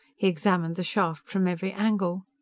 he examined the shaft from every angle.